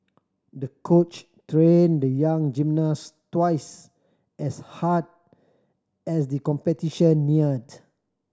the coach trained the young gymnast twice as hard as the competition neared